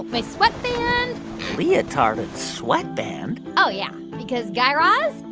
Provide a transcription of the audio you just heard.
my sweatband leotard and sweatband? oh, yeah, because, guy raz,